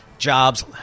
jobs